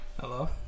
Hello